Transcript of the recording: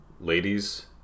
ladies